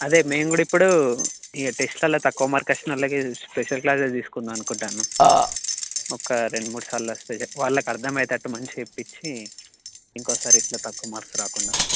అదే మేము కూడా ఇప్పుడు ఇక టెస్ట్లలో తక్కువ మార్కులు వచ్చిన వాళ్ళకి స్పెషల్ క్లాసెస్ తీసుకుందామని అనుకుంటున్నాం ఒక రెండు మూడు సార్లు వస్తే వాళ్ళకు అర్ధమైయ్యేటట్టు మంచిగా చెపించి ఇంకోసారి ఇట్లా తక్కువ మార్క్స్ రాకుండా